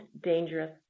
dangerous